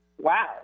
wow